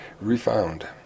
refound